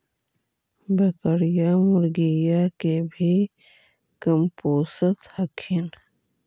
बकरीया, मुर्गीया के भी कमपोसत हखिन?